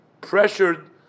pressured